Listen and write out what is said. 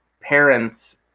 parents